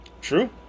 True